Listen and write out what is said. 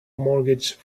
mortgage